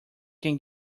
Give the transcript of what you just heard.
can